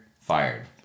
fired